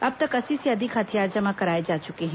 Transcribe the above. अब तक अस्सी से अधिक हथियार जमा कराए जा चुके हैं